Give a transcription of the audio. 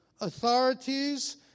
authorities